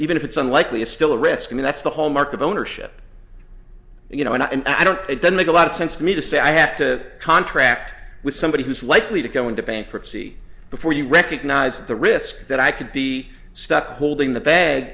even if it's unlikely it's still a risk and that's the hallmark of ownership you know and i don't it doesn't make a lot of sense to me to say i have to contract with somebody who's likely to go into bankruptcy before you recognize the risk that i could be stuck holding the bag